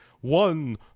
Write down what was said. one